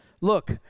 Look